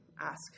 ask